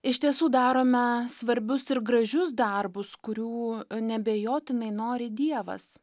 iš tiesų darome svarbius ir gražius darbus kurių neabejotinai nori dievas